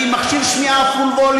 אני עם מכשיר שמיעה פול-ווליום,